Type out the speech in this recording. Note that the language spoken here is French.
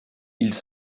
ils